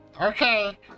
Okay